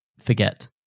forget